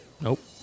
Nope